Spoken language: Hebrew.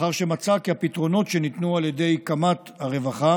מאחר שמצא כי הפתרונות שניתנו על ידי קמ"ט הרווחה